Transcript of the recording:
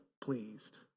pleased